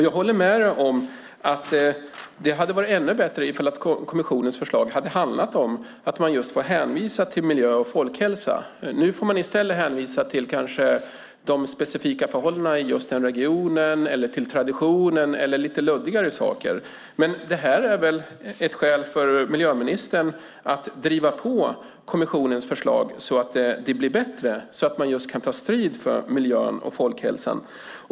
Jag håller med Andreas Carlgren om att det hade varit ännu bättre om kommissionens förslag hade handlat om att man får hänvisa just till miljö och folkhälsa. Nu får man i stället hänvisa till kanske specifika förhållanden i just den regionen, traditionen och lite luddiga saker. Men det här är väl ett skäl för miljöministern att driva på kommissionens förslag så att det blir bättre så att man just kan ta strid för miljön och folkhälsan.